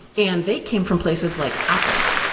and they came from places like apple,